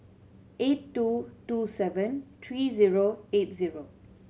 eight two two seven three zero eight zero